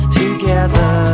together